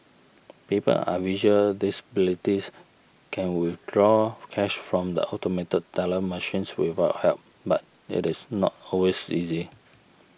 people are visual disabilities can withdraw cash from the automated teller machines without help but it is not always easy